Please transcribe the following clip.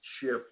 shift